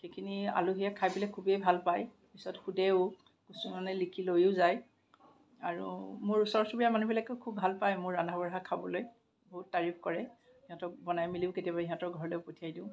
সেইখিনি আলহীয়ে খাই পেলাই খুবেই ভাল পায় পিছত সোধেও কিছুমানে লিখি লৈয়ো যায় আৰু মোৰ ওচৰ চুবুৰীয়া মানুহবিলাকেও খুব ভাল পায় মোৰ ৰন্ধা বঢ়া খাবলৈ বহুত তাৰিফ কৰে সিহঁতক বনাই মেলিও কেতিয়াবা সিহঁতৰ ঘৰলৈয়ো পঠিয়াই দিওঁ